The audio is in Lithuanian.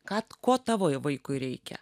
ką ko tavo vaikui reikia